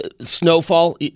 snowfall